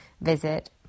visit